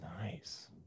Nice